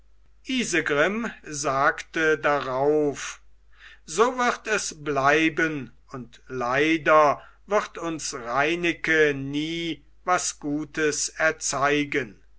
isegrim sagte darauf so wird es bleiben und leider wird uns reineke nie was gutes erzeigen